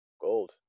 Gold